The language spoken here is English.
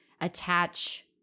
attach